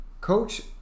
coach